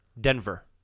Denver